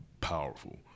powerful